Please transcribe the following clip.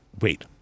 wait